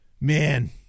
man